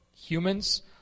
Humans